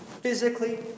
physically